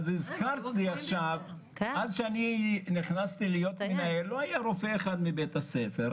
עד שאני נכנסתי להיות מנהל לא היה רופא אחד מבית הספר.